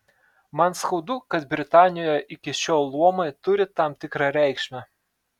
man skaudu kad britanijoje iki šiol luomai turi tam tikrą reikšmę